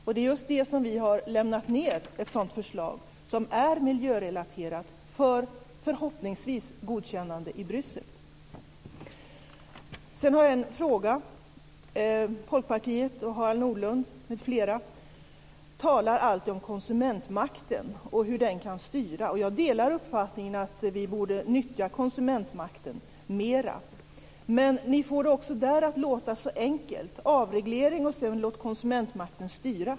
Vi har just lagt fram ett sådant förslag som är miljörelaterat förhoppningsvis för ett godkännande i Bryssel. Nordlund m.fl. talar alltid om konsumentmakten och om hur den kan styra. Jag delar uppfattningen att vi borde nyttja konsumentmakten mera. Men ni får det också där att låta så enkelt. Först ska man genomföra en avreglering och sedan låta konsumentmakten styra.